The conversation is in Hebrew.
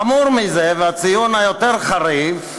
חמור מזה, הציון היותר-חריף,